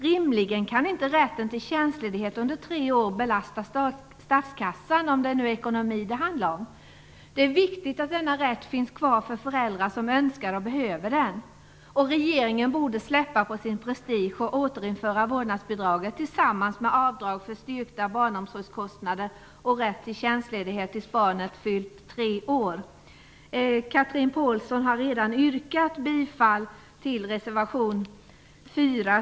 Rimligen kan inte rätten till tjänstledighet under tre år belasta statskassan, om det nu handlar om ekonomin. Det är viktigt att denna rätt finns kvar för föräldrar som önskar och behöver den. Regeringen borde släppa på sin prestige och återinföra vårdnadsbidraget tillsammans med avdrag för styrkta barnomsorgskostnader och rätt till tjänstledighet till dess att barnet har fyllt tre år. Chatrine Pålsson har redan yrkat bifall till reservation 4.